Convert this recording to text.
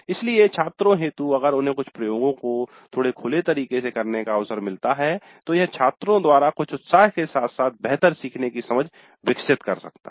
इसलिए छात्रों हेतु - अगर उन्हें कुछ प्रयोगों को थोड़े खुले तरीके से करने का अवसर मिलता है तो यह छात्रों द्वारा कुछ उत्साह के साथ साथ बेहतर सीखने कि समझ विकसित कर सकता है